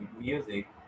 music